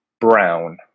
Brown